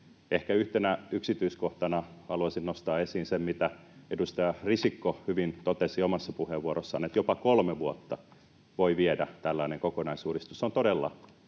Ehkä yhtenä yksityiskohtana haluaisin nostaa esiin sen, mitä edustaja Risikko hyvin totesi omassa puheenvuorossaan, että jopa kolme vuotta voi viedä tällainen kokonaisuudistus. Se on todella